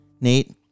Nate